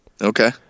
Okay